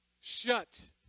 Shut